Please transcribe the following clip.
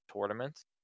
tournaments